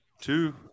two